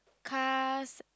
cars